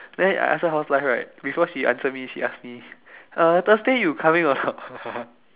then I ask how's life right before she answer me she ask me uh Thursday you coming or not